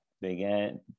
began